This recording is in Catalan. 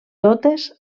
totes